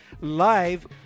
live